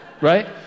Right